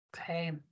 Okay